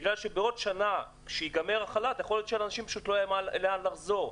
בגלל שבעוד שנה כשייגמר החל"ת יכול להיות שלא יהיה לאנשים לאן לחזור.